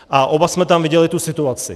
A oba jsme tam viděli tu situaci.